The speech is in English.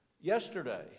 yesterday